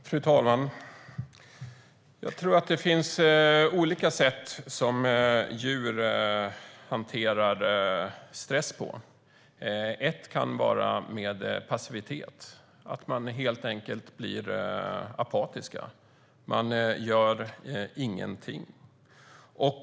Fru talman! Jag tror att det finns olika sätt som djur hanterar stress på. Ett kan vara med passivitet. De blir helt enkelt apatiska och gör ingenting.